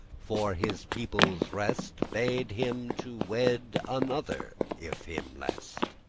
for his people's rest, bade him to wed another, if him lest.